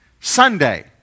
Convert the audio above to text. Sunday